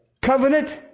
Covenant